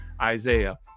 Isaiah